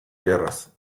guerras